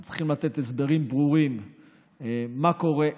הם צריכים לתת הסברים ברורים מה קורה,